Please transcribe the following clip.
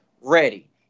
ready